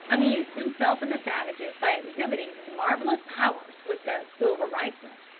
amused himself and the savages by exhibiting his marvellous powers with the silver rifle.